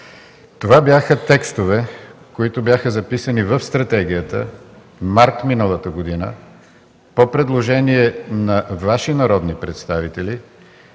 Това бяха текстове, записани в стратегията през месец март миналата година по предложение на Ваши народни представители,